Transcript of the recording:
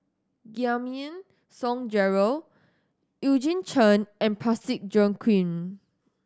Giam Song Gerald Eugene Chen and Parsick Joaquim